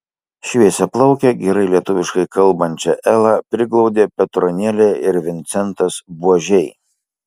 šviesiaplaukę gerai lietuviškai kalbančią elą priglaudė petronėlė ir vincentas buožiai